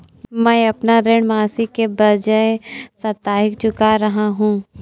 मैं अपना ऋण मासिक के बजाय साप्ताहिक चुका रहा हूँ